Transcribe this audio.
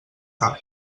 cap